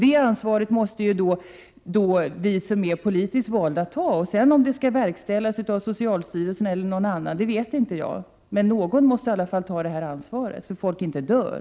Det ansvaret måste ju vi som är politiskt valda ta. Om det hela sedan skall verkställas av socialstyrelsen eller någon annan myndighet vet jag inte. Någon måste i alla fall ta detta ansvar så 17 att folk inte dör.